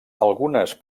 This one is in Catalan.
algunes